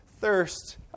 Thirst